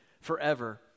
forever